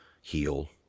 heal